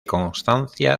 constancia